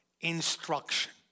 instruction